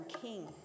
king